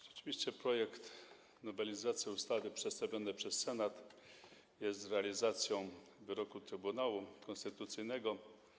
Rzeczywiście projekt nowelizacji ustawy przedstawiony przez Senat jest realizacją wyroku Trybunału Konstytucyjnego.